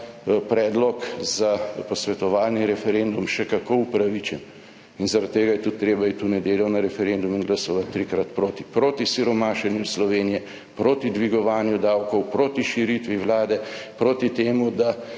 predlog za posvetovalni referendum še kako upravičen in zaradi tega je tudi treba iti v nedeljo na referendumu in glasovati trikrat proti - proti siromašenju Slovenije, proti dvigovanju davkov, proti širitvi Vlade. Proti temu, da